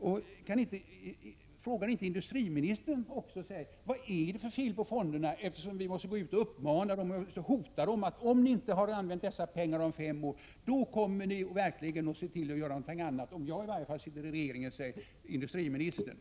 Frågar sig inte industriministern också vad det är för fel på fonderna eftersom man måste uppmana och hota företagen att om pengarna inte använts inom fem år, då skall de användas till något annat — i varje fall om industriministern är kvar i regeringen.